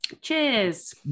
Cheers